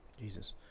Jesus